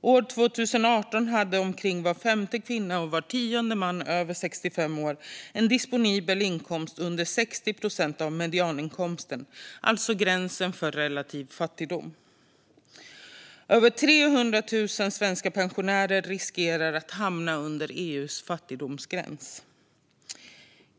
År 2018 hade omkring var femte kvinna och var tionde man över 65 år en disponibel inkomst under 60 procent av medianinkomsten, alltså gränsen för relativ fattigdom. Över 300 000 svenska pensionärer riskerar att hamna under EU:s fattigdomsgräns.